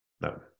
no